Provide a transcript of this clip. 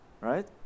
Right